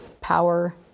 power